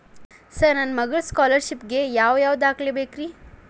Sir ನನ್ನ ಮಗ್ಳದ scholarship ಗೇ ಯಾವ್ ಯಾವ ದಾಖಲೆ ಬೇಕ್ರಿ?